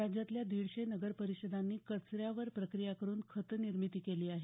राज्यातील दिडशे नगरपरिषदांनी कचऱ्यावर प्रक्रिया करून खतनिर्मिती केली आहे